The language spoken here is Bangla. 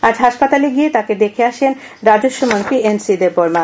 আজ হাসপাতালে গিয়ে তাকে দেখে আসেন রাজস্বমন্ত্রী এন সি দেববর্মা